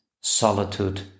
solitude